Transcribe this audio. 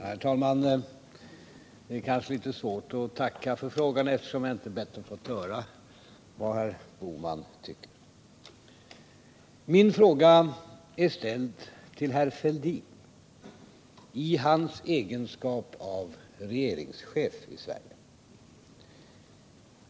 Herr talman! Det är kanske litet svårt att tacka för svaret, eftersom jag inte bett att få höra vad herr Bohman tycker. Min fråga är ställd till herr Fälldin i hans egenskap av regeringschef i Sverige.